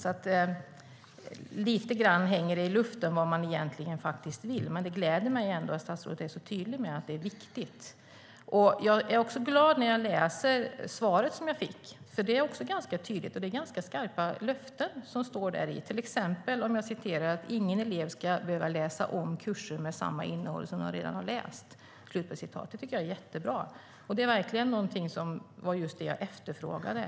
Det hänger alltså lite grann i luften vad man faktiskt vill. Men det gläder mig ändå att statsrådet är tydlig med att det är viktigt. Jag är också glad när jag läser det svar som jag fick, för det är ganska tydligt. Det är ganska skarpa löften. Det står till exempel: "Ingen elev ska dock behöva läsa om kurser med samma innehåll som de redan har läst." Det tycker jag är jättebra. Det var just det jag efterfrågade.